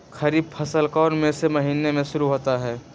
खरीफ फसल कौन में से महीने से शुरू होता है?